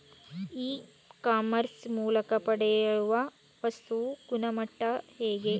E commerce ಮೂಲಕ ಪಡೆಯುವ ವಸ್ತುಗಳ ಗುಣಮಟ್ಟ ಹೇಗೆ?